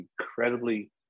incredibly